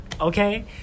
Okay